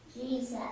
Jesus